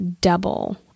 double